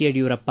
Yediyurappa